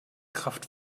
kraft